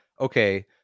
okay